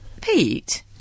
Pete